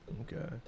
Okay